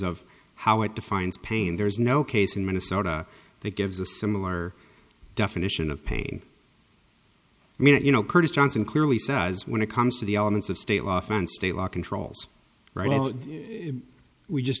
of how it defines pain there's no case in minnesota that gives a similar definition of pain i mean you know chris johnson clearly says when it comes to the elements of state law often state law controls right and we just